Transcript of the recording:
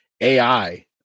AI